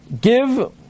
give